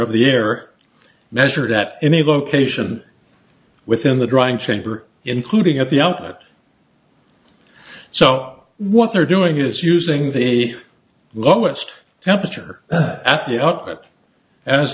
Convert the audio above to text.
of the air measured at any location within the drying chamber including at the output so what they're doing is using the lowest temperature a